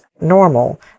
normal